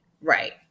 right